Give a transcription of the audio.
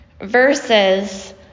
Versus